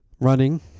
running